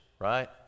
right